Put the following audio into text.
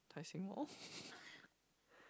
Tai-Seng-Mall